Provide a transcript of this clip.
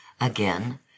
Again